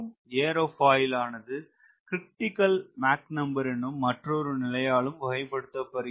ஏரோபாயிலானது critical Mach number எனும் மற்றொரு நிலையாலும் வகைபடுத்தபடுகிறது